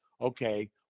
okay